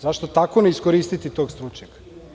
Zašto tako ne iskoristiti tog stručnjaka.